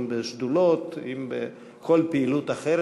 אם בשדולות ואם בכל פעילות אחרת.